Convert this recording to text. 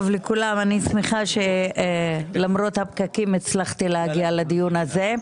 שמחה שלמרות הפקקים הצלחתי להגיע לדיון הזה.